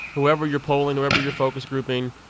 whoever you're polling, wherever your focus grouping,